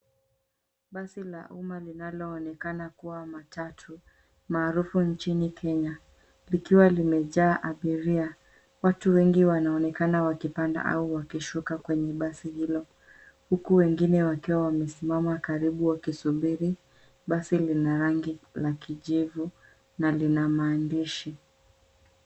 Basi la umma linaloonekana kuwa matatu, maarufu nchini Kenya likiwa limejaa abiria. Watu wengi wanaonekana wakipanda au wakishuka kwenye basi hilo, huku wengine wakiwa wamesimama karibu wakisubiri. Basi lina rangi ya kijivu na lina maandishi.